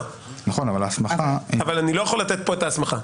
אבל אני לא יכול לתת כאן את ההסמכה.